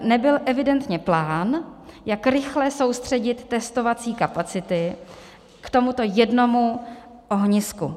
Nebyl evidentně plán, jak rychle soustředit testovací kapacity k tomuto jednomu ohnisku.